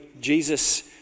Jesus